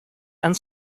and